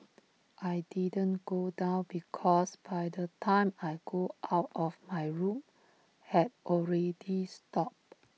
I didn't go down because by the time I go out of my room had already stopped